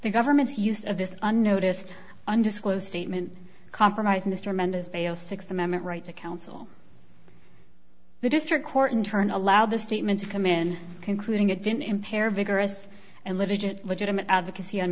the government's use of this unnoticed undisclosed statement compromise mr amend his bail sixth amendment right to counsel the district court in turn allow the statement to come in concluding it didn't impair vigorous and litigious legitimate advocacy on